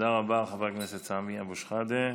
תודה רבה, חבר הכנסת סמי אבו שחאדה.